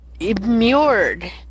immured